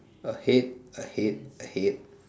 ahead ahead ahead